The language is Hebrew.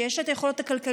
שיש לה את היכולות הכלכליות,